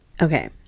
Okay